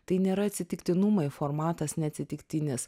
tai nėra atsitiktinumai formatas neatsitiktinis